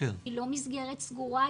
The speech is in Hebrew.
היא לא מסגרת סגורה,